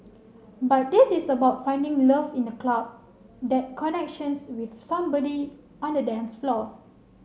but this is about finding love in the club that connections with somebody on the dance floor